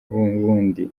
ubundi